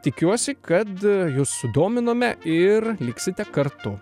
tikiuosi kad jūs sudominome ir liksite kartu